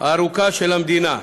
הארוכה של המדינה.